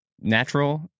natural